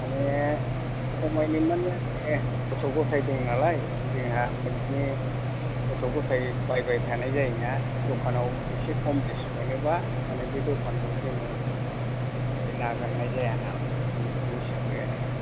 माने खमायनो माने आङो गथ' गथाइ दंनालाय बे जोंहा मानि गथ' गथाइ बायबाय थानाय जायोना दखानाव एसे खम बेस मोनोब्ला मानि बे दखानखौ जोङो बिदि नागारनाय जायानालाय बे हिसाबै आरो